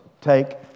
Take